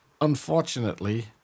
Unfortunately